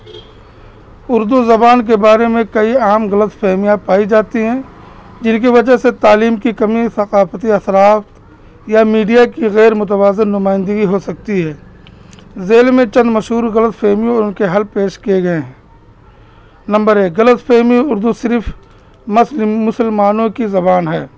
اردو زبان کے بارے میں کئی عام غلط فہمیاں پائی جاتی ہیں جن کی وجہ سے تعلیم کی کمی ثقافتی اثرات یا میڈیا کی غیرمتوازر نمائندگی ہو سکتی ہے ذیل میں چند مشہور غلط فہمی اور ان کے حل پیش کیے گئے ہیں نمبر ایک غلط فہمی اردو صرف مسلم مسلمانوں کی زبان ہے